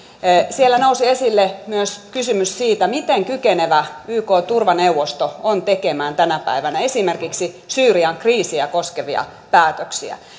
siellä nousi esille myös kysymys siitä miten kykenevä ykn turvaneuvosto on tekemään tänä päivänä esimerkiksi syyrian kriisiä koskevia päätöksiä